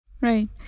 Right